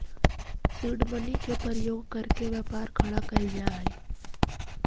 seed money के प्रयोग करके व्यापार खड़ा कैल जा हई